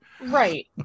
Right